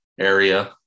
area